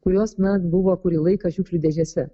kurios na buvo kurį laiką šiukšlių dėžėse